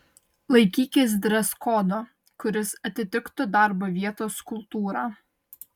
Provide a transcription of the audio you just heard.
laikykis dreskodo kuris atitiktų darbo vietos kultūrą